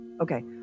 okay